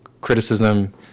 criticism